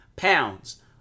pounds